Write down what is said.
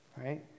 right